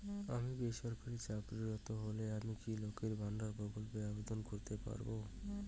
আমি বেসরকারি চাকরিরত হলে আমি কি লক্ষীর ভান্ডার প্রকল্পে আবেদন করতে পারব?